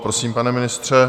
Prosím, pane ministře.